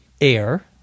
air